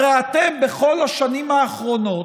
הרי אתם, בכל השנים האחרונות,